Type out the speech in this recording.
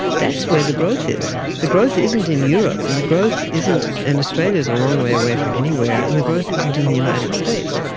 that's where the growth is. the growth isn't in europe and the growth isn't, and australia is a long way away from anywhere, and the growth isn't in the united states,